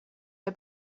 der